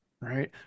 right